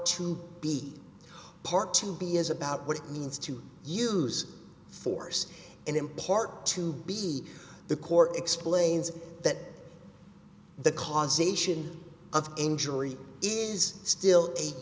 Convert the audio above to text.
to be part two b is about what it means to use force and in part to be the court explains that the causation of injury is still